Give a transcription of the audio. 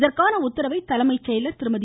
இதற்கான உத்தரவை தலைமை செயலர் திருமதி